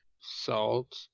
salt